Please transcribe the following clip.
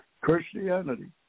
Christianity